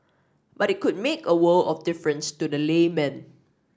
but it could make a world of difference to the layman